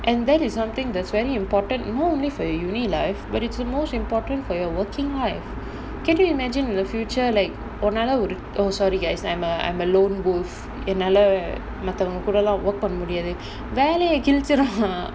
and that is something that's very important not only for university life but it's the most important for your working life can you imagine in the future like உன்னால ஒரு:unnala oru oh sorry guys I'm a I'm a lone wolf என்னால மத்தவங்க கூடலாம்:ennala mathavanga koodalaam work பண்ண முடியாது:panna mudiyaathu